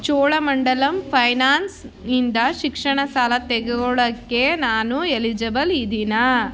Cholamandalam finance ಇಂದ ಶಿಕ್ಷಣ ಸಾಲ ತಗೊಳ್ಳೋಕ್ಕೆ ನಾನು ಎಲಿಜಬಲ್ ಇದ್ದೀನಾ